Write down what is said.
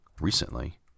recently